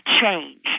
change